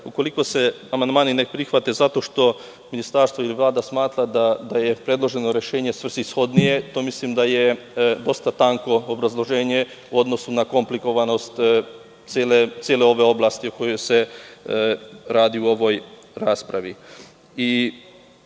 Ukoliko se amandmani ne prihvate zato što Ministarstvo ili Vlada smatra da je predloženo rešenje svrsishodnije, mislim da je to dosta tanko obrazloženje u odnosu na komplikovanost cele ove oblasti o kojoj se radi u ovoj raspravi. Tu